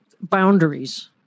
boundaries